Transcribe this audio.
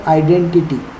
identity